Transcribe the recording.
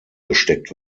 gesteckt